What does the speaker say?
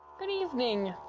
good evening,